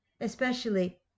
Especially